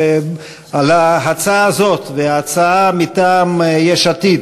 על ההצעה הזאת ועל ההצעה מטעם יש עתיד,